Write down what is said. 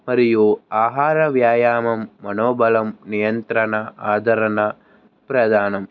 మరియు ఆహార వ్యాయామం మనోబలం నియంత్రణ ఆదరణ ప్రధానం